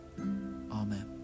Amen